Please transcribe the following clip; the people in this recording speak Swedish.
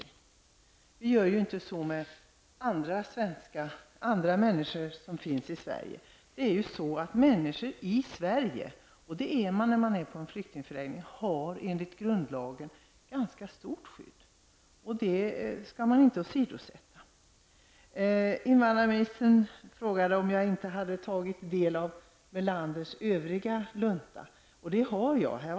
Så behandlas ju inte andra människor i vårt land. Människor i Sverige -- och det är man när man är på en flyktingförläggning -- har enligt grundlagen ett ganska bra skydd, och det skall man inte åsidosätta. Invandrarministern frågade om jag inte hade tagit del av Melanders övriga lunta. Jo, det har jag gjort.